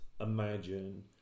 imagine